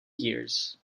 years